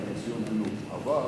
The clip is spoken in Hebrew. אבל,